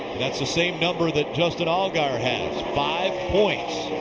that's the same number that justin allgaier had. five points.